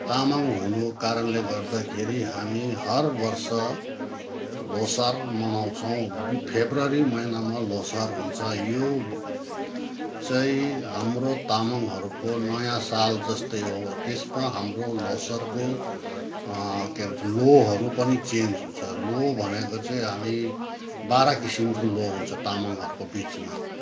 तामाङ हुनुको कारणले गर्दाखेरि हामी हर वर्ष ल्होसार मनाउँछौँ फेब्रुअरी महिनामा ल्होसार हुन्छ यो चाहिँ हाम्रो तामाङहरूको नयाँ साल जस्तै हो त्यसमा हाम्रो ल्होसारको के भन्छ ल्होहरू पनि चेन्ज हुन्छ ल्हो भनेको चाहिँ हामी बाह्र किसिमको ल्हो हुन्छ तामाङहरूको बिचमा